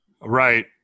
Right